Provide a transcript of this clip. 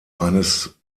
eines